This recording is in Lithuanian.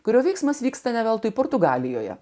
kurio veiksmas vyksta ne veltui portugalijoje